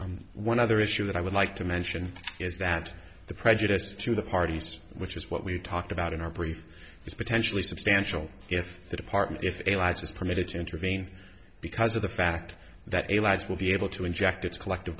donna one other issue that i would like to mention is that the prejudice to the parties which is what we talked about in our brief is potentially substantial if the department if a large is permitted to intervene because of the fact that a lives will be able to inject its collective